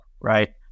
right